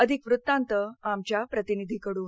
अधिक वृत्तांत आमच्या प्रतिनिधीकडून